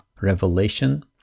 revelation